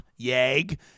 YAG